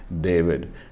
David